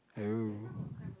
oh